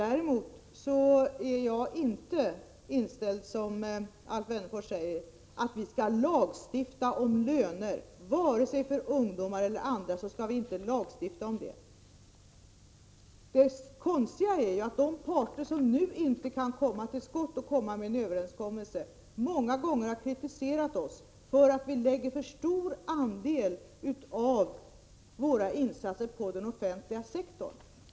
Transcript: Däremot är jag inte, som Alf Wennerfors gör gällande, inställd på att lagstifta om löner, vare sig för ungdomar eller för andra. Det konstiga är att de parter som nu inte kan komma till skott och nå en överenskommelse många gånger har kritiserat oss för att vi lägger för stor andel av våra insatser på den offentliga sektorn.